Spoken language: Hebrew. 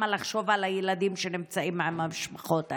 לחשוב על הילדים שנמצאים עם המשפחות האלה.